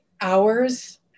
hours